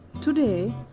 Today